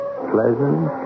Pleasant